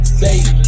baby